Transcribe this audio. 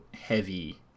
heavy